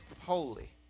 holy